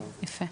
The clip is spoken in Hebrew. יפה.